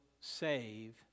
save